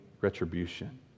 retribution